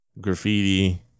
graffiti